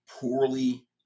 poorly